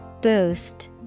Boost